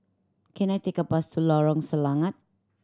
can I take a bus to Lorong Selangat